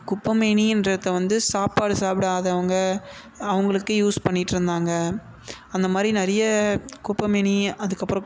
குப்பைமேனின்றத்த வந்து சாப்பாடு சாப்பிடாதவங்க அவங்களுக்கு யூஸ் பண்ணிட்டுருந்தாங்க அந்த மாதிரி நிறைய குப்பைமேனி அதுக்கப்புறம்